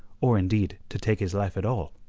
or indeed to take his life at all.